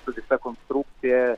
su visa konstrukcija